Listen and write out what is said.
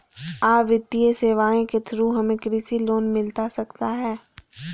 आ वित्तीय सेवाएं के थ्रू हमें कृषि लोन मिलता सकता है?